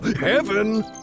Heaven